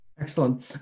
Excellent